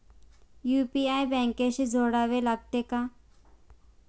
UPI बँकेशी जोडावे लागते का?